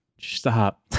Stop